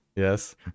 Yes